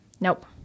Nope